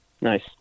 nice